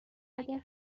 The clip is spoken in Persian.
اگر